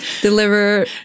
deliver